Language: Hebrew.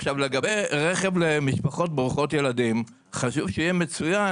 לגבי רכב למשפחות ברוכות ילדים, חשוב שיהיה מצוין